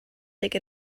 take